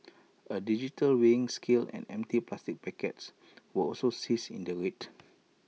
A digital weighing scale and empty plastic packets were also seized in the raid